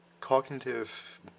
cognitive